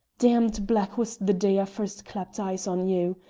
damned black was the day i first clapt eyes on you!